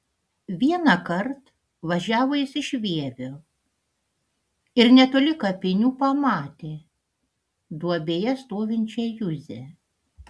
vienąkart važiavo jis iš vievio ir netoli kapinių pamatė duobėje stovinčią juzę